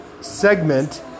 segment